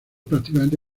prácticamente